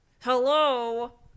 Hello